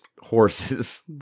horses